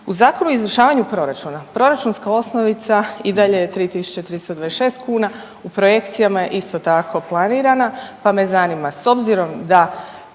U Zakonu o izvršavanju proračuna proračunska osnovica i dalje je 3.326 kuna, u projekcijama je isto tako planirana, pa me zanima s obzirom da